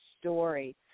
story